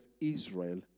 Israel